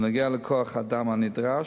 בנוגע לכוח-האדם הנדרש,